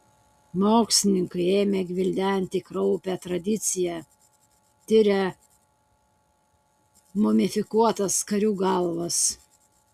mokslininkai ėmė gvildenti kraupią tradiciją tiria mumifikuotas karių galvas